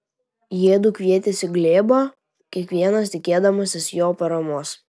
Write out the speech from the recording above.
jiedu kvietėsi glėbą kiekvienas tikėdamasis jo paramos